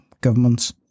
governments